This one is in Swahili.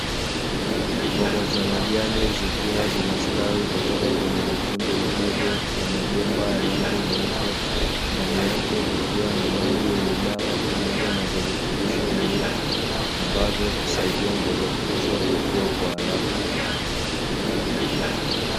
Mboga za majani zikiwa zinastawi kutoka kwenye matundu madogo ya mabomba ya rangi nyeupe, ndani yake kukiwa na maji yenye dawa pamoja na virutubisho muhimu, ambavyo husaidia mboga hizo kukua kwa haraka.